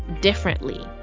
differently